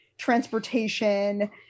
transportation